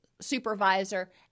supervisor